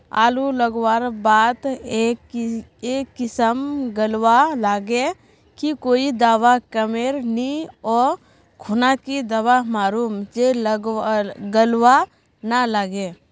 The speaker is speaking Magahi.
आलू लगवार बात ए किसम गलवा लागे की कोई दावा कमेर नि ओ खुना की दावा मारूम जे गलवा ना लागे?